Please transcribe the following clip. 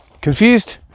Confused